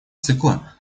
цикла